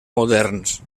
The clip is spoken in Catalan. moderns